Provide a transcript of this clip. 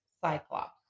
Cyclops